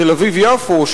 תל-אביב יפו,